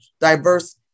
diverse